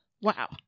Wow